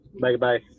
Bye-bye